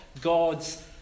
God's